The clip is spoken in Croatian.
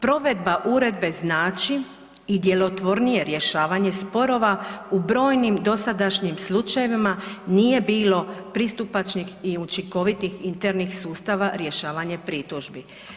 Provedba uredbe znači i djelotvornije rješavanje sporova, u brojnim dosadašnjim slučajevima nije bilo pristupačnih i učinkovitih internih sustava rješavanje pritužbi.